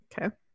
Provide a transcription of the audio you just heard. okay